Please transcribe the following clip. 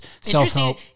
self-help